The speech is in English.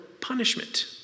punishment